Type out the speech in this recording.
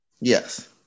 Yes